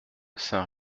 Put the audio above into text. saint